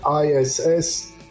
ISS